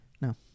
No